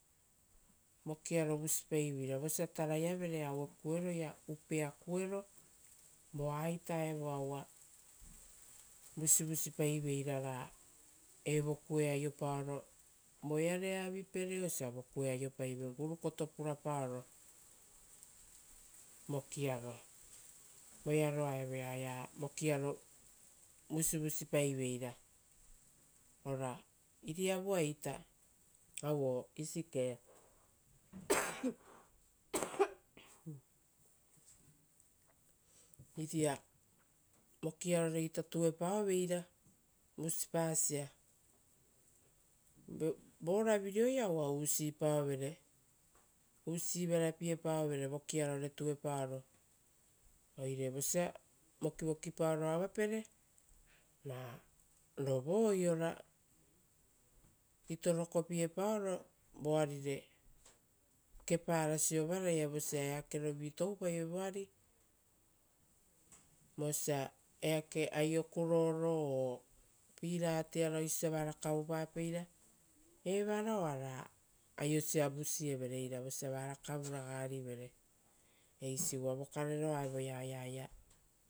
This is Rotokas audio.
Vokiaro vusipaiveira, vosa tarai avere aue kueroia upea kuero, voaita evoa uva vusivusipaiveira ra evo kue aiopaoro voeare avipere asia vokue aiopaive gurukoto purapaoro vokiaro. Uva voearoa evoa oea vokiaro vusivusipaiveira. Ari iriavuaita auo isiike iria vokiaroreita tuepaoveira vusipasia. Vo ravireoia uva usipaovere, usi verapiepaovere vokiarore tuepaoro, oire vosa vokivokipaoro avapere, rovoi ora itorokopiepaoro voarire kepara siovaraia vosa eakerovi toupaive voari. Vosa eake aio kuroro o piratiara oisio osia vara kavupapeira, evara oara aiosia vusievere eira vosa vara kavuraga rivere eisi. Uva vokarero a evoea oeaia